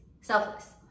selfless